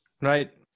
Right